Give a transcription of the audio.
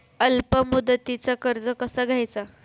अल्प मुदतीचा कर्ज कसा घ्यायचा?